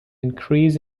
increase